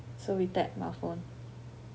so we tap my phone